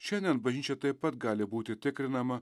šiandien bažnyčia taip pat gali būti tikrinama